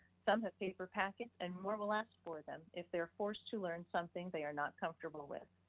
some have came for packets and more will ask for them if they're forced to learn something they are not comfortable with,